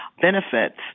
benefits